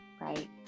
right